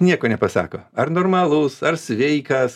nieko nepasako ar normalus ar sveikas